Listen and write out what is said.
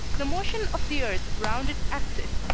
the motion of the earth round its axis,